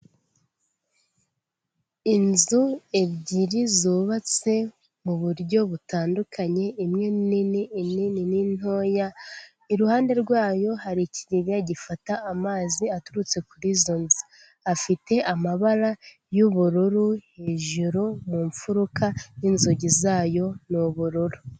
Inzu ebyiri zubatse muburyo butandukanye imwe nini indi ni ntoya iruhande rwayo hari ikigega gifata amazi aturutse kuri izo afite amabara y'ubururu hejuru mu mfuruka n'inzugi zayo n'ubururu.